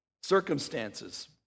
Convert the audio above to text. Circumstances